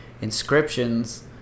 inscriptions